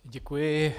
Děkuji.